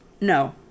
No